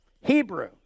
Hebrew